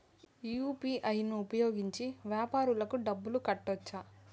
UPI ను ఉపయోగించి వ్యాపారాలకు డబ్బులు కట్టొచ్చా?